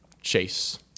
Chase